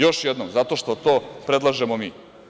Još jednom, zato što to predlažemo mi.